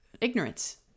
ignorance